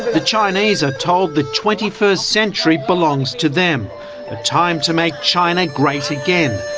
the chinese are told the twenty first century belongs to them, a time to make china great again,